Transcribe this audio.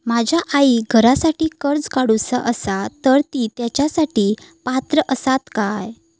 माझ्या आईक घरासाठी कर्ज काढूचा असा तर ती तेच्यासाठी पात्र असात काय?